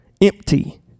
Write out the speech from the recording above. empty